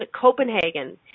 Copenhagen